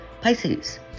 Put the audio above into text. Pisces